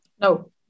No